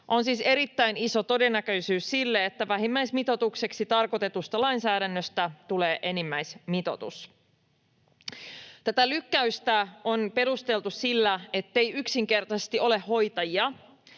On siis erittäin iso todennäköisyys sille, että vähimmäismitoitukseksi tarkoitetusta lainsäädännöstä tulee enimmäismitoitus. Tätä lykkäystä on perusteltu sillä, ettei yksinkertaisesti ole hoitajia,